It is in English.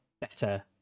better